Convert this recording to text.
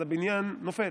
אז הבניין נופל.